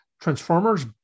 Transformers